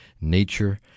nature